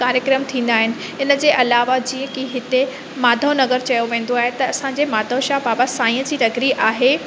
कार्यक्रम थींदा आहिनि इन जे अलावा जीअं की हिते माधव नगर चयो वेंदो आहे त असांजे माधव शाह बाबा साईंअ जी नगरी आहे